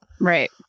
Right